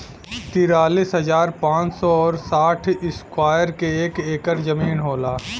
तिरालिस हजार पांच सौ और साठ इस्क्वायर के एक ऐकर जमीन होला